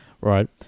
right